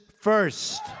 first